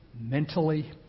mentally